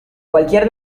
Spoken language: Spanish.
cualquier